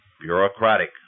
bureaucratic